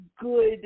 good